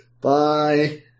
Bye